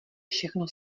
všechno